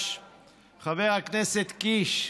חבר הכנסת קיש,